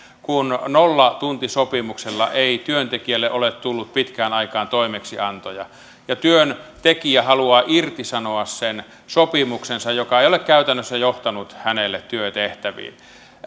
kun nollatuntisopimuksella ei työntekijälle ole tullut pitkään aikaan toimeksiantoja ja työntekijä haluaa irtisanoa sen sopimuksensa joka ei ole käytännössä johtanut hänelle työtehtäviin